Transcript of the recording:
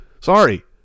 Sorry